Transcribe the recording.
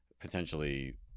potentially –